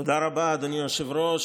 תודה רבה, אדוני היושב-ראש.